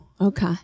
okay